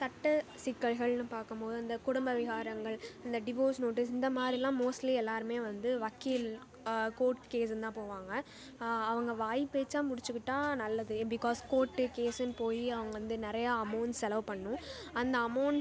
சட்ட சிக்கல்கள்னு பார்க்கும் போது இந்தக் குடும்ப விவகாரங்கள் இந்த டிவோர்ஸ் நோட்டீஸ் இந்த மாதிரிலாம் மோஸ்ட்லி எல்லோருமே வந்து வக்கீல் கோர்ட் கேஸுன்னு தான் போவாங்க அவங்க வாய் பேச்சாக முடிச்சுக்கிட்டா நல்லது பிக்காஸ் கோர்ட்டு கேஸுனு போய் அவங்க வந்து நிறைய அமௌன்ட் செலவு பண்ணணும் அந்த அமௌன்ட்